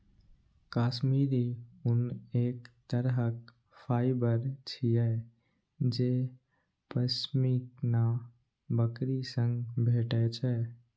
काश्मीरी ऊन एक तरहक फाइबर छियै जे पश्मीना बकरी सं भेटै छै